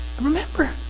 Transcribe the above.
remember